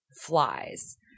flies